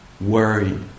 worry